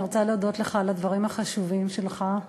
אני רוצה להודות לך על הדברים החשובים שלך.